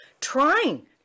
Trying